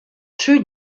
two